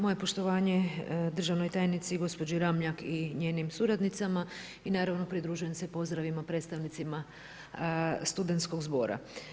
Moje poštovanje državnoj tajnici gospođi Ramljak i njenim suradnicima i naravno pridružujem se pozdravima predstavnicima studentskog zbora.